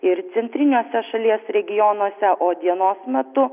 ir centriniuose šalies regionuose o dienos metu